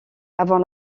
avant